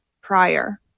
prior